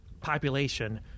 population